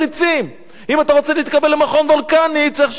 אם אתה רוצה להתקבל למכון וולקני צריך שיקראו לך ככה.